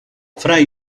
fray